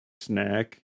snack